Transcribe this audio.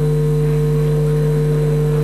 אותו.